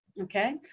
Okay